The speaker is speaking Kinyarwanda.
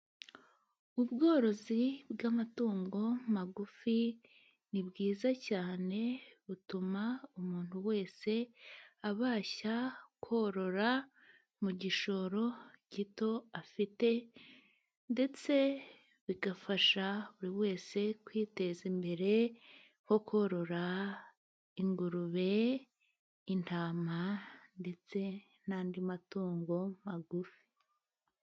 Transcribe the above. Ubworozi bw'amatungo magufi ni bwiza cyane, butuma umuntu wese abasha korora mu gishoro gito afite, ndetse bigafasha buri wese kwiteza imbere, nko korora ingurube, intama, ndetse n'andi matungo magufi.